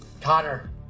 Connor